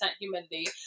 humidity